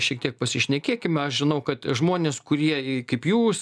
šiek tiek pasišnekėkime aš žinau kad žmonės kurie kaip jūs